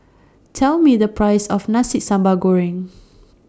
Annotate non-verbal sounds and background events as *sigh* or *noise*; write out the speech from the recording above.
Tell Me The Price of Nasi Sambal Goreng *noise*